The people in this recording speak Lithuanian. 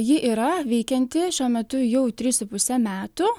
ji yra veikianti šiuo metu jau tris su puse metų